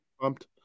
pumped